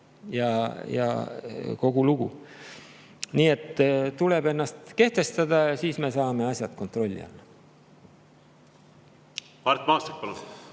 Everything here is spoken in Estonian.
Ja kogu lugu. Nii et tuleb ennast kehtestada ja siis me saame asjad kontrolli alla.